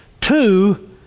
two